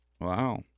Wow